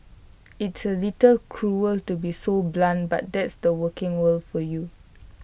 it's A little cruel to be so blunt but that's the working world for you